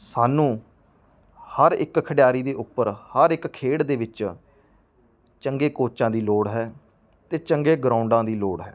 ਸਾਨੂੰ ਹਰ ਇੱਕ ਖਿਡਾਰੀ ਦੇ ਉੱਪਰ ਹਰ ਇੱਕ ਖੇਡ ਦੇ ਵਿੱਚ ਚੰਗੇ ਕੋਚਾਂ ਦੀ ਲੋੜ ਹੈ ਅਤੇ ਚੰਗੇ ਗਰਾਊਂਡਾਂ ਦੀ ਲੋੜ ਹੈ